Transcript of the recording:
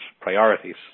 priorities